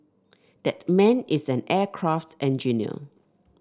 that man is an aircraft engineer